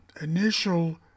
initial